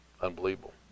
unbelievable